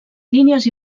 línies